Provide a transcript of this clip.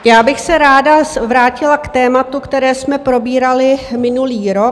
Já bych se ráda vrátila k tématu, které jsme probírali minulý rok.